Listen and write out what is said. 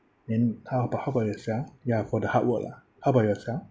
then how about how about yourself ya for the hard work lah how about yourself